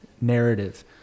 narrative